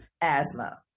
asthma